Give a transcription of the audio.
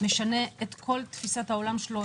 משנה את כל תפיסת העולם שלו,